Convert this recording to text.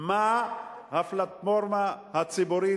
בלי לשאול את עצמו מה הפלטפורמה הציבורית